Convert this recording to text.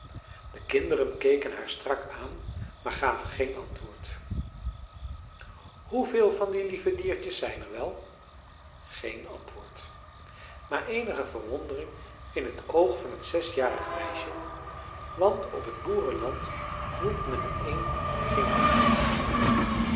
de kinderen keken haar strak aan maar gaven geen antwoord hoeveel van die lieve diertjes zijn er wel geen antwoord maar eenige verwondering in t oog van t zesjarig meisje want op t boerenland noemt men een eend geen diertje